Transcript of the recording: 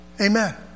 Amen